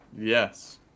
yes